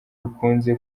bikunze